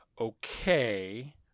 okay –